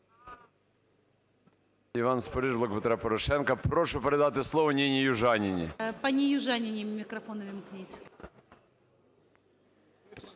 Дякую.